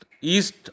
east